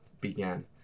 began